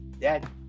Dad